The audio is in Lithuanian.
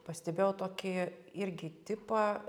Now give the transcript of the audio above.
pastebėjau tokį irgi tipą